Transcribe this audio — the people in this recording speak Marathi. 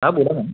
हां बोला मॅम